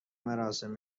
مراسم